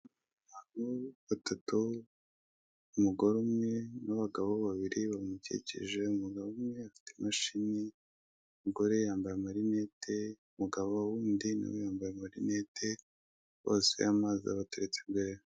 Abantu batatu, umugore umwe n'abagabo babiri bamukikije, umugabo umwe afite imashini, umugore yambaye amarinete, umugabo wundi nawe yambaye amarinete bose amazi abateretse imbere.